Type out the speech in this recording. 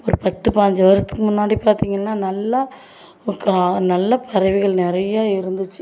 ஒரு பத்து பாஞ்சு வருஷத்துக்கு முன்னாடி பார்த்தீங்கன்னா நல்லா ஒரு கா நல்லா பறவைகள் நிறையா இருந்துச்சு